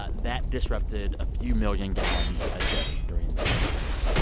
but that disrupted a few million gallons a day during those days.